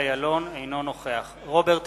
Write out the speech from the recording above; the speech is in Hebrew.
אינו נוכח רוברט אילטוב,